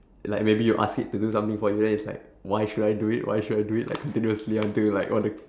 like maybe you ask it to do something for you then it's like why should I do it why should I do it like continuously until you like want to